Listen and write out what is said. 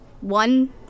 one